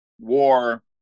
war